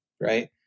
right